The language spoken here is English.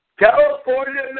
California